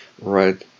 Right